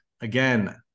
Again